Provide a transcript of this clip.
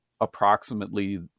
approximately